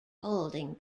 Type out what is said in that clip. holding